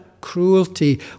cruelty